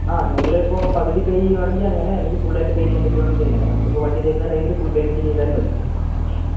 ആ നിങ്ങൾ ഇപ്പോൾ പകുതി പേ ചെയ്യുവാണെങ്കിൽ അങ്ങനെ അല്ലെങ്കിൽ ഫുൾ ആയിട്ട് പേ ചെയ്യാൻ പറ്റുവാണെങ്കിൽ അങ്ങനെ നമുക്ക് ഇപ്പോൾ വണ്ടി തരുന്ന ടൈമിൽ ഫുൾ പേയ്മെൻ്റ് ചെയ്താലും മതി